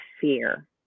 fear